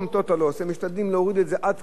הם משתדלים להוריד את זה עד כמה שהם יכולים